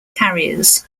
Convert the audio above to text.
carriers